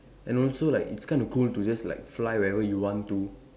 and also like it's kind of cool to just like fly wherever you want to